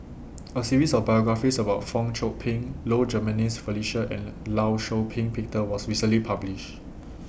A series of biographies about Fong Chong Pik Low Jimenez Felicia and law Shau Ping Peter was recently published